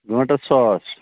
گنٹَس ساس